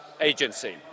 agency